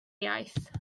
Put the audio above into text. iaith